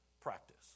practice